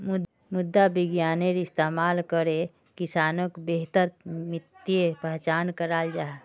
मृदा विग्यानेर इस्तेमाल करे किसानोक बेहतर मित्तिर पहचान कराल जाहा